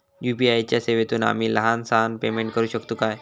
UPI च्या सेवेतून आम्ही लहान सहान पेमेंट करू शकतू काय?